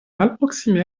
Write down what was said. malproksime